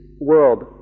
world